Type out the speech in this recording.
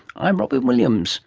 i'm robyn williams